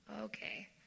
okay